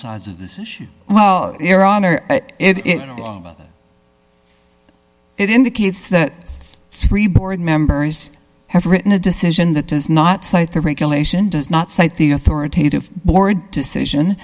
sides of this issue well err on or other it indicates that three board members have written a decision that does not cite the regulation does not cite the authoritative board decision